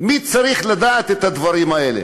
מי צריך לדעת את הדברים האלה?